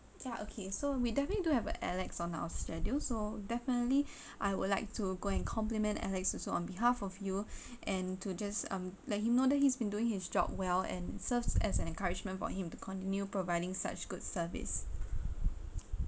ya okay so we definitely do have a alex on our schedule so definitely I would like to go and complement alex also on behalf of you and to just um let him know that he's been doing his job well and serves as an encouragement for him to continue providing such good service